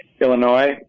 Illinois